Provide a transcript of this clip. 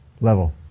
level